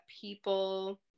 people